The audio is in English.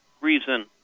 reason